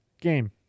game